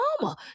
mama